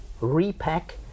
repack